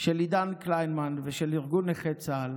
של עידן קלימן ושל ארגון נכי צה"ל